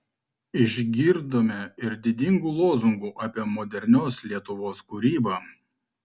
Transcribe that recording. išgirdome ir didingų lozungų apie modernios lietuvos kūrybą